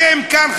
אתם כאן,